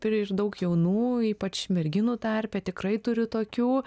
turiu ir daug jaunų ypač merginų tarpe tikrai turiu tokių